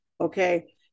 Okay